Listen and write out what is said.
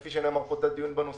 כפי שנאמר כאן, את הדיון בנושא.